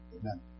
Amen